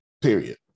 Period